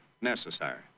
Necessary